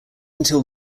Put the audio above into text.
until